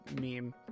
meme